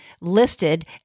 listed